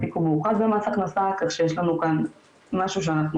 התיק מאוחד במס הכנסה כך שיש לנו כאן משהו שאנחנו